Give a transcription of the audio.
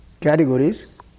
categories